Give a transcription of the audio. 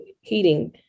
heating